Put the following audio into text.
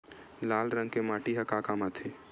लाल रंग के माटी ह का काम आथे?